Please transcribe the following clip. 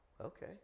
okay